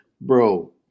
bro